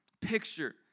picture